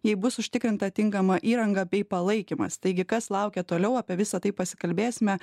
jei bus užtikrinta tinkama įranga bei palaikymas taigi kas laukia toliau apie visa tai pasikalbėsime